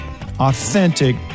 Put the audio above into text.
authentic